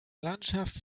landschaft